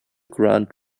grant